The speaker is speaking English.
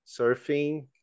surfing